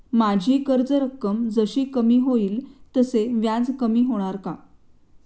माझी कर्ज रक्कम जशी कमी होईल तसे व्याज कमी होणार का?